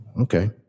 Okay